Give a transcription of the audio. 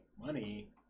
money